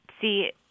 see